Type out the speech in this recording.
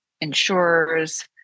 insurers